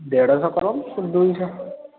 ଦେଢ଼ଶହ କରନ୍ତୁ ଦୁଇଶହ